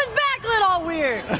back lit all weird!